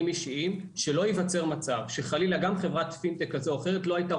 אישיים שלא ייווצר מצב שחלילה גם חברת פינטק כזו או אחרת לא הייתה